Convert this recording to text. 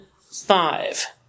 five